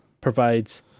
provides